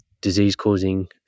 disease-causing